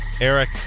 Eric